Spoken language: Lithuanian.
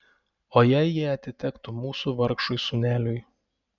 o jei jie atitektų mūsų vargšui sūneliui